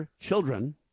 children